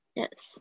yes